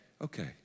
okay